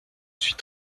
suis